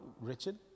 Richard